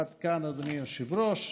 עד כאן, אדוני היושב-ראש,